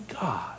God